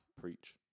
Preach